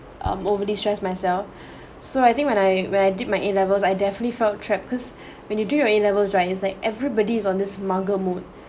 um over distress myself so I think when I when did my A levels I definitely felt trapped because when you do your A levels right it's like everybody's on the mugger mood